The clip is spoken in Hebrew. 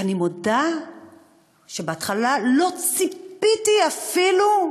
ואני מודה שבהתחלה לא ציפיתי אפילו,